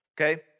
okay